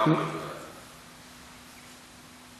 לגמרי בעד.